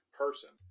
person